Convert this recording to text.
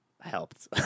helped